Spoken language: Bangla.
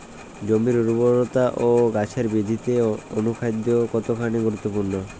জমির উর্বরতা ও গাছের বৃদ্ধিতে অনুখাদ্য কতখানি গুরুত্বপূর্ণ?